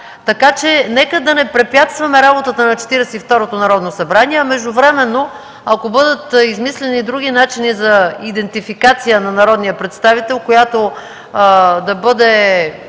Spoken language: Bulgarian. така че нека да не препятстваме работата на Четиридесет и второто Народно събрание, а междувременно, ако бъдат измислени и други начини за индентификация на народния представител, която да бъде